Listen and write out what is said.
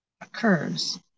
occurs